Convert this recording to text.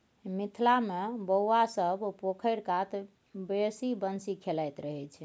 मिथिला मे बौआ सब पोखरि कात बैसि बंसी खेलाइत रहय छै